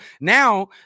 Now